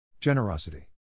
Generosity